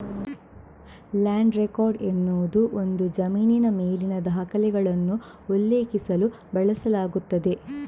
land record ಎನ್ನುವುದು ಒಂದು ಜಮೀನಿನ ಮೇಲಿನ ದಾಖಲೆಗಳನ್ನು ಉಲ್ಲೇಖಿಸಲು ಬಳಸಲಾಗುತ್ತದೆ